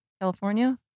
California